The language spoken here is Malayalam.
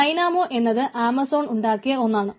ഡൈനാമോ എന്നത് ആമസോൺ ഉണ്ടാക്കിയ ഒന്നാണ്